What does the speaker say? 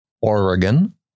Oregon